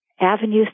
avenues